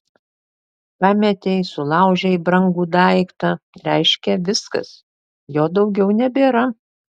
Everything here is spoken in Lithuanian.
pametei sulaužei brangų daiktą reiškia viskas jo daugiau nebėra